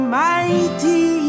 mighty